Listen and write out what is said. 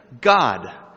God